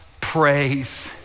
praise